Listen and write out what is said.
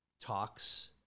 talks